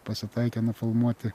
pasitaikę nufilmuoti